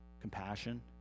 compassion